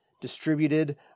distributed